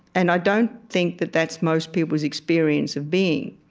and i don't think that that's most people's experience of being.